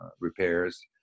repairs